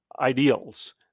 ideals